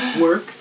work